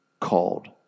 called